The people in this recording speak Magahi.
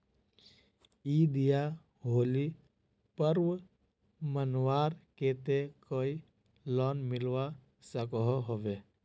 ईद या होली पर्व मनवार केते कोई लोन मिलवा सकोहो होबे?